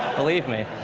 believe me.